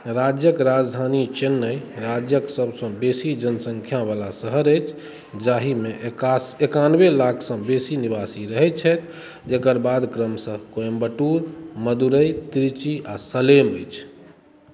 राज्यक राजधानी चेन्नइ राज्यक सभसँ बेसी जनसङ्ख्यावला शहर अछि जाहिमे एकास एकनाबे लाखसँ बेसी निवासी रहैत छथि जकर बाद क्रमशः कोयम्बटूर मदुरइ त्रिची आ सलेम अछि